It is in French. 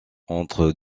entre